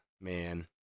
man